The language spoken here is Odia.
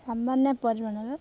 ସାମାନ୍ୟ ପରିମାଣର